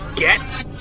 get.